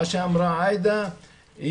מה שאמרה עאידה,